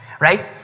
Right